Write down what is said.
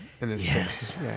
Yes